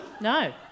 No